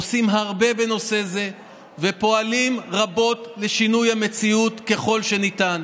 עושים הרבה בנושא זה ופועלים רבות לשינוי המציאות ככל שניתן.